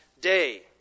day